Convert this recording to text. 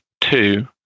Two